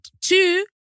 two